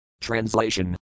Translation